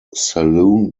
saloon